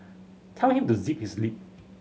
tell him to zip his lip